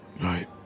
Right